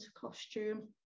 costume